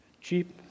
cheap